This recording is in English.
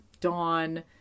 Dawn